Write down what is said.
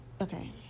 Okay